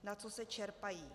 Na co se čerpají.